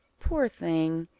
poor thing!